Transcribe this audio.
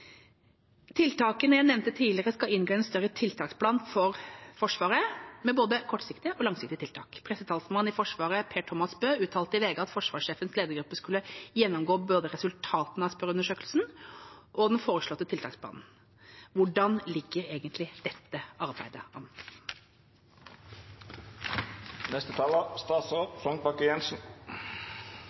Tiltakene jeg nevnte tidligere, skal inn i en større tiltaksplan for Forsvaret, med både kortsiktige og langsiktige tiltak. Pressetalsmannen i Forsvaret, Per-Thomas Bøe, uttalte til VG at forsvarssjefens ledergruppe skulle gjennomgå både resultatene av spørreundersøkelsen og den foreslåtte tiltaksplanen. Hvordan ligger egentlig dette arbeidet